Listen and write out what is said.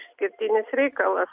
išskirtinis reikalas